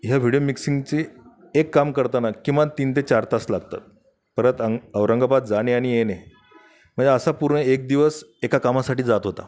ह्या व्हिडीओ मिक्सिंगचे एक काम करताना किमान तीन ते चार तास लागतात परत अं औरंगाबाद जाणे आणि येणे म्हणजे असा पूर्ण एक दिवस एका कामासाठी जात होता